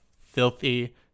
filthy